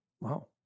Wow